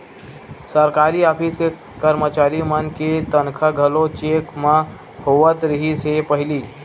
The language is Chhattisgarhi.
सरकारी ऑफिस के करमचारी मन के तनखा घलो चेक म होवत रिहिस हे पहिली